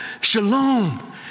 Shalom